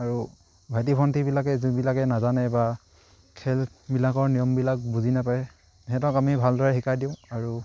আৰু ভাইটি ভণ্টিবিলাকে যিবিলাকে নাজানে বা খেলবিলাকৰ নিয়মবিলাক বুজি নোপায় সিহঁতক আমি ভালদৰে শিকাই দিওঁ আৰু